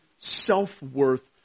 self-worth